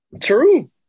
True